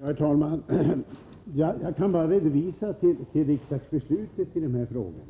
Herr talman! Jag kan bara hänvisa till riksdagsbeslutet i denna fråga.